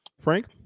Frank